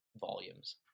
volumes